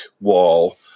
wall